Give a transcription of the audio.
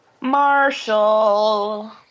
Marshall